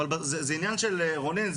רונן,